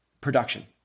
production